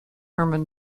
herman